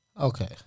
Okay